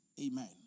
Amen